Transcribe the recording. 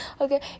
okay